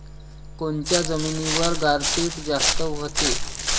कोनच्या जमिनीवर गारपीट जास्त व्हते?